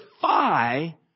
defy